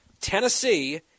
Tennessee